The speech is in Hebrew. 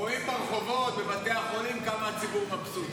רואים ברחובות, בבתי החולים, כמה הציבור מבסוט.